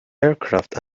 aircraft